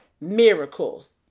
miracles